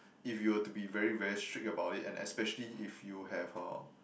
if you were to be very very strict about it and especially if you have